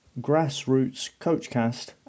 grassrootscoachcast